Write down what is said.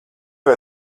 vai